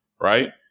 Right